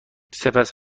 سپس